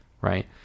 right